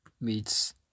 meets